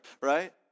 right